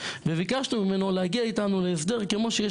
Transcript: וביקשנו ממנו להגיע איתנו להסדר כמו שיש